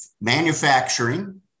Manufacturing